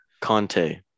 Conte